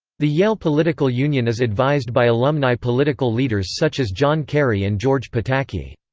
the yale political union is advised by alumni political leaders such as john kerry and george pataki.